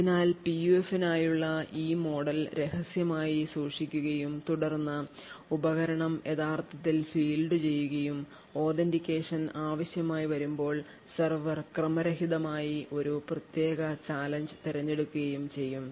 അതിനാൽ PUF നായുള്ള ഈ മോഡൽ രഹസ്യമായി സൂക്ഷിക്കുകയും തുടർന്ന് ഉപകരണം യഥാർത്ഥത്തിൽ ഫീൽഡ് ചെയ്യുകയും authentication ആവശ്യമായി വരുമ്പോൾ സെർവർ ക്രമരഹിതമായി ഒരു പ്രത്യേക ചാലഞ്ച് തിരഞ്ഞെടുക്കുകയും ചെയ്യും